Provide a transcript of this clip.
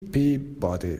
peabody